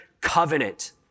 covenant